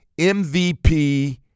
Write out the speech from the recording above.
MVP